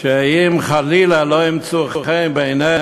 שאם חלילה הם לא ימצאו חן בעיני